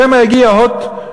שמא יגיע כבודו,